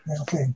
Okay